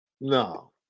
No